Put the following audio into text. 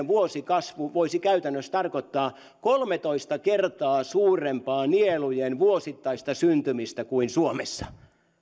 vuosikasvu voisi tarkoittaa kolmetoista kertaa suurempaa nielujen vuosittaista syntymistä kuin suomessa